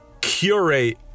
curate